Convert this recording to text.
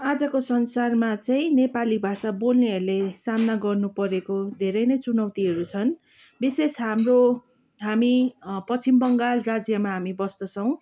आजको संसारमा चाहिँ नेपाली भाषा बोल्नेहरूले सामना गर्नुपरेको धेरै नै चुनौतीहरू छन् विशेष हाम्रो हामी पश्चिम बङ्गाल राज्यमा हामी बस्दछौँ